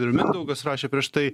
ir mindaugas rašė prieš tai